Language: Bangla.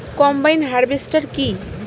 কম্বাইন হারভেস্টার কি?